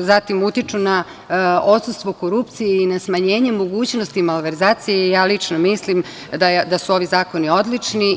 zatim, utiču na odsustvo korupcije i na smanjenje mogućnosti malverzacije, ja lično mislim da su ovi zakoni odlični.